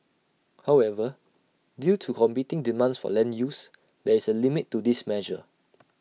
however due to competing demands for land use there is A limit to this measure